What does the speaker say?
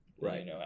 Right